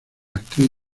actriz